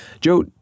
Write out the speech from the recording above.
Joe